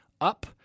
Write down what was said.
up